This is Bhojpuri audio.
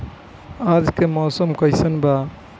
आज के मौसम कइसन बा?